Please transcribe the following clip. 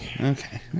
Okay